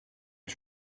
que